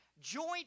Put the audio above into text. joint